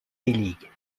league